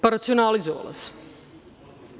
Pa, racionalizovala se.